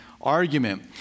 argument